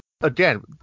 again